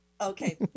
Okay